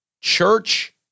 church